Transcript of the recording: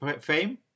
fame